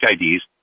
IDs